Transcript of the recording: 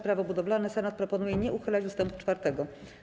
Prawo budowlane Senat proponuje nie uchylać ust. 4.